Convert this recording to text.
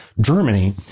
Germany